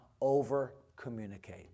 over-communicate